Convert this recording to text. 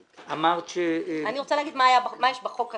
אני רוצה להגיד מה יש בחוק הקיים.